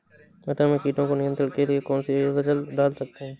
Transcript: मटर में कीटों के नियंत्रण के लिए कौन सी एजल डाल सकते हैं?